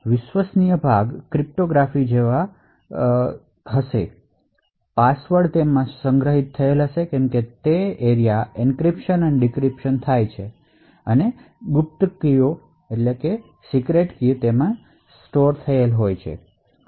તેથી વિશ્વસનીય ભાગમાં ક્રિપ્ટોગ્રાફી જેવા પાસાઓ હશે પાસવર્ડ્સ સંગ્રહિત થયેલ છે તે ક્ષેત્ર એન્ક્રિપ્શન અને ડિક્રિપ્શન થાય છે તે ક્ષેત્ર સીક્રેટ કીઓ સંગ્રહિત છે તે ક્ષેત્ર વગેરે છે